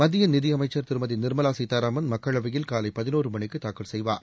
மத்திய நிதியமைச்சர் திருமதி நிர்மலா சீதாராமன் மக்களவையில் காலை பதினோரு மணிக்கு தாக்கல் செய்வார்